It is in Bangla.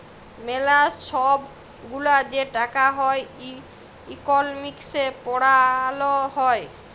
ম্যালা ছব গুলা যে টাকা হ্যয় ইকলমিক্সে পড়াল হ্যয়